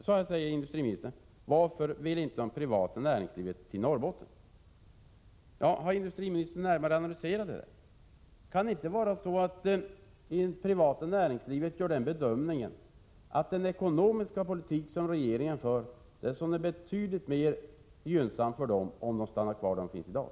I dag säger industriministern: Varför vill inte det privata näringslivet till Norrbotten? Ja, har industriministern närmare analyserat denna fråga? Gör det privata näringslivet bedömningen att den ekonomiska politik som regeringen för gör det betydligt mer gynnsamt för företagen att stanna kvar där de är i dag?